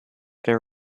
been